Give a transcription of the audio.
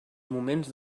moments